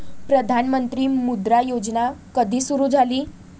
प्रधानमंत्री मुद्रा योजना कधी सुरू झाली?